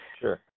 Sure